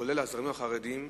כולל הזרמים החרדיים,